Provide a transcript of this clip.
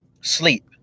Sleep